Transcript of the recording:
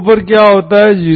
0 पर क्या होता है